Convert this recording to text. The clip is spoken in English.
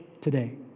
today